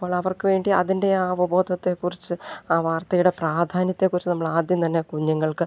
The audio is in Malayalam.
അപ്പോൾ അവർക്കു വേണ്ടി അതിൻ്റെ ആ അവബോധത്തെക്കുറിച്ച് ആ വാർത്തയുടെ പ്രാധാന്യത്തെക്കുറിച്ച് നമ്മൾ ആദ്യം തന്നെ കുഞ്ഞുങ്ങൾക്ക്